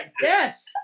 Yes